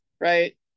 right